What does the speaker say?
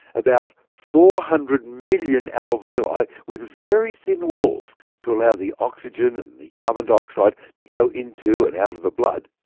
about four hundred million alveoli with very thin walls to allow the oxygen and and the carbon dioxide to go into and out of the blood,